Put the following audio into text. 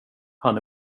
han